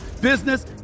business